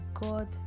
God